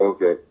Okay